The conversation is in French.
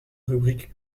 rubrique